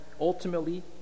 Ultimately